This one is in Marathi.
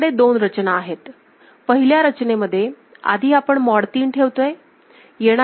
पहिल्या रचनेमध्ये आधी आपण मॉड 3 ठेवतोय